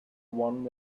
one